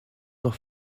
noch